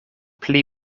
pli